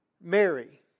Mary